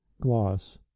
gloss